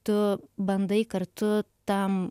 tu bandai kartu tam